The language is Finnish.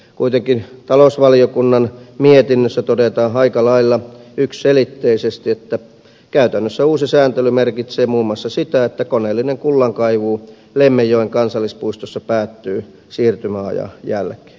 kuitenkin talousvaliokunnan mietinnössä todetaan aika lailla yksiselitteisesti että käytännössä uusi sääntely merkitsee muun muassa sitä että koneellinen kullankaivu lemmenjoen kansallispuistossa päättyy siirtymäajan jälkeen